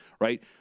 right